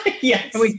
yes